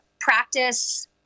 practice